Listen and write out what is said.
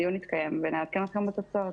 הדיון יתקיים ונעדכן אתכם בתוצאות.